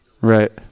right